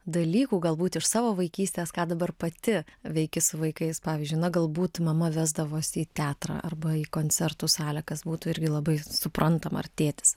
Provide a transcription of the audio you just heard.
dalykų galbūt iš savo vaikystės ką dabar pati veiki su vaikais pavyzdžiui na galbūt mama vesdavosi į teatrą arba į koncertų salę kas būtų irgi labai suprantama ar tėtis